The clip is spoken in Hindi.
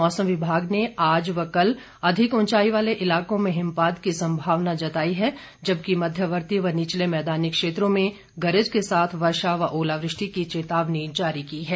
मौसम विभाग ने आज व कल अधिक उंचाई वाले इलाकों में हिमापत की संभावना जताई है जबकि मध्यवर्ती व निचले मैदानी क्षेत्रों में गरज के साथ वर्षा व ओलावृष्टि की चेतावनी जारी की है